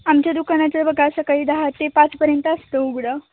आमच्या दुकानाचं बघा सकाळी दहा ते पाचपर्यंत असतं उघडं